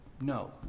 no